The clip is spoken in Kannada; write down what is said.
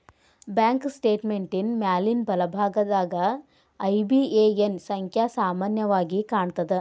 ಬ್ಯಾಂಕ್ ಸ್ಟೇಟ್ಮೆಂಟಿನ್ ಮ್ಯಾಲಿನ್ ಬಲಭಾಗದಾಗ ಐ.ಬಿ.ಎ.ಎನ್ ಸಂಖ್ಯಾ ಸಾಮಾನ್ಯವಾಗಿ ಕಾಣ್ತದ